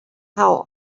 how